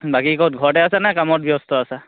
বাকী ক'ত ঘৰতে আছা নে কামত ব্যস্ত আছা